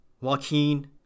Joaquin